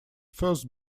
first